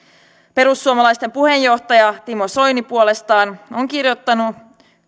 perussuomalaisten puheenjohtaja timo soini puolestaan on kirjoittanut